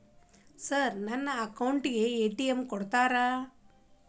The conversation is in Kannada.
ಸರ್ ನನ್ನ ಅಕೌಂಟ್ ಗೆ ಎ.ಟಿ.ಎಂ ಕೊಡುತ್ತೇರಾ?